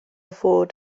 fod